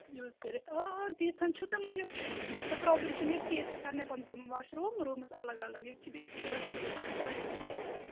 use کٔرِتھ آ آ تیٖژ ہَن چھُ تہٕ مگر سۄ پرٛابلم چھَنہٕ ییٚتہِ کیٚنٛہہ ییٚتہِ چھُ سارنٕے پَنُن پَنُن واش روٗم روٗمَس الگ الگ ییٚتہِ چھ بیٚیہِ گٔرلٕزاے کورے چھِ ییٚتہِ